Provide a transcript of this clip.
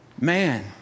Man